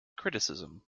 criticism